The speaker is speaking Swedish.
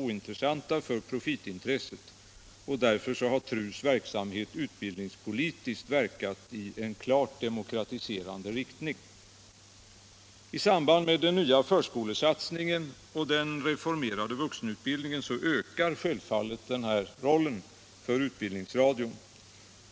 ointressanta för profitintresset. Därför har TRU:s verksamhet utbildningspolitiskt verkat i klart demokratiserande riktning. I samband med den nya förskolesatsningen och den reformerade vuxenutbildningen ökar självfallet denna roll för Utbildningsradion.